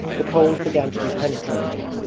the cold began to be penetrating.